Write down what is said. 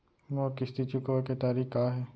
मोर किस्ती चुकोय के तारीक का हे?